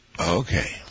Okay